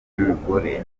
mugore